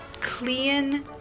clean